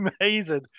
amazing